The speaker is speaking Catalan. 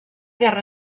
guerra